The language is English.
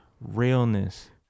realness